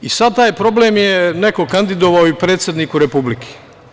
Sad je taj problem neko kandidovao i predsedniku Republike.